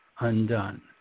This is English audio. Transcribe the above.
Undone